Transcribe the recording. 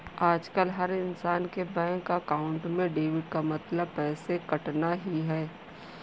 आजकल हर इन्सान के बैंक अकाउंट में डेबिट का मतलब पैसे कटना ही है